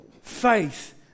faith